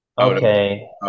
Okay